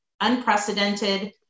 unprecedented